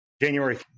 January